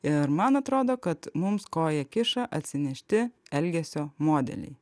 ir man atrodo kad mums koją kiša atsinešti elgesio modeliai